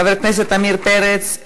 חבר הכנסת עמיר פרץ,